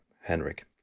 Henrik